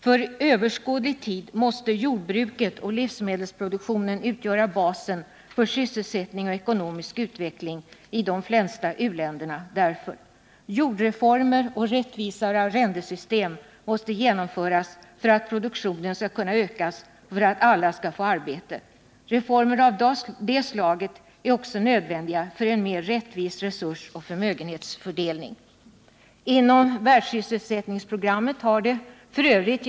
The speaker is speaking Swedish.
För överskådlig tid måste därför jordbruket och livsmedelsproduktionen utgöra basen för sysselsättning och ekonomisk utveckling i de flesta u-länder. Jordreformer och rättvisare arrendesystem måste genomföras för att produktionen skall kunna ökas och för att alla skall få arbete. Reformer av det slaget är nödvändiga också för en mer rättvis resursoch förmögenhetsfördelning. Man har inom världssysselsättningsprogrammet, f.ö.